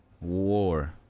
war